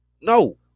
No